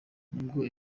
nubwo